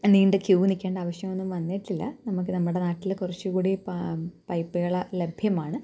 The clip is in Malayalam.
നീണ്ട ക്യൂ നില്ക്കേണ്ട ആവശ്യമൊന്നും വന്നിട്ടില്ല നമുക്ക് നമ്മുടെ നാട്ടില് കുറച്ചുകൂടി പാ പൈപ്പുകള് ലഭ്യമാണ്